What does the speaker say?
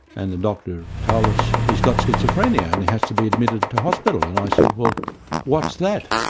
and the doctor told us he's got schizophrenia and he has to be admitted to hospital. and i said well what's that?